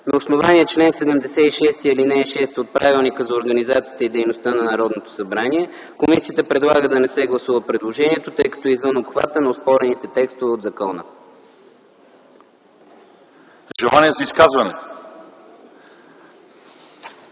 На основание чл. 76, ал. 6 от Правилника за организацията и дейността на Народното събрание комисията предлага да не се гласува предложението, тъй като е извън обхвата на оспорените текстове от закона. ПРЕДСЕДАТЕЛ